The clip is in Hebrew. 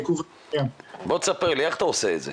העיכוב --- אלי תספר לי איך אתה עושה את זה.